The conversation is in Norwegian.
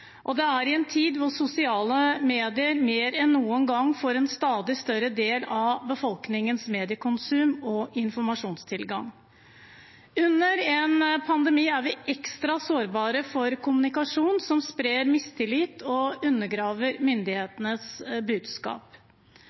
i en tid da sosiale medier mer enn noen gang utgjør en stadig større del av befolkningens mediekonsum og informasjonstilgang. Under en pandemi er vi ekstra sårbare for kommunikasjon som sprer mistillit og undergraver myndighetenes budskap.